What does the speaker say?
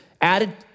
added